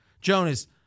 Jonas